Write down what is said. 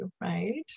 right